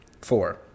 Four